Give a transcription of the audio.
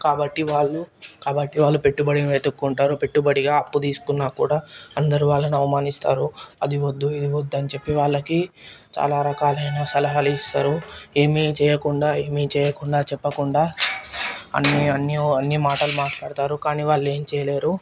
కాబట్టి వాళ్లు కాబట్టి వాళ్లు పెట్టుబడిన వెతుక్కుంటారు పెట్టుబడిగా అప్పు తీసుకున్న కూడా అందరూ వాళ్ళని అవమానిస్తారు అది వద్దు ఇది వద్దు అని చెప్పి వాళ్లకి చాలా రకాలైన సలహాలిస్తారు ఏమీ చేయకుండా ఏమి చేయకుండా చెప్పకుండా అన్ని అన్ని మాటలు మాట్లాడుతారు కానీ వాళ్ళు ఏం చేయలేరు